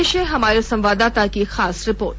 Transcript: पेश है हमारे संवाददाता की खास रिपोर्ट